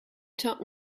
taught